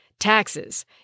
Taxes